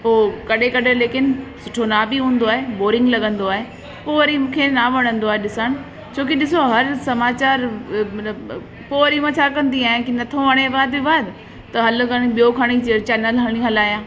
पोइ कॾहिं कॾहिं लेकिनि सुठो न बि हूंदो आहे बॉरिंग लॻंदो आहे पोइ वरी मूंखे न वणंदो आहे ॾिसण छोकी ॾिसो हर समाचारु मतलबु पोइ वरी मां छा कंदी आहियां कि नथो वणे वाद विवाद त हल ॿियो खणी चैनल हणी हलाया